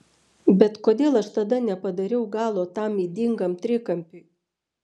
bet kodėl aš tada nepadariau galo tam ydingam trikampiui